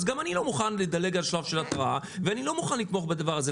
אז גם אני לא מוכן לדלג על שלב של התראה ואני לא מוכן לתמוך בדבר הזה.